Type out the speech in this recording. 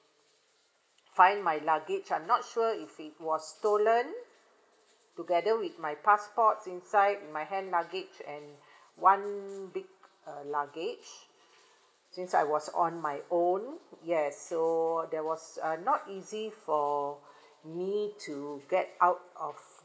find my luggage I'm not sure if it was stolen together with my passport inside my hand luggage and one big uh luggage since I was on my own yes so there was uh not easy for me to get out of